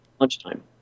lunchtime